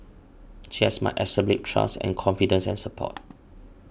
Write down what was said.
she has my absolute trust and confidence and support